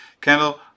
Kendall